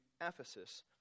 Ephesus